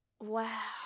wow